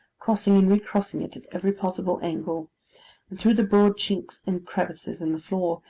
crossing and recrossing it at every possible angle and through the broad chinks and crevices in the floor,